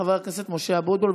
חבר הכנסת משה אבוטבול,